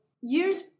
years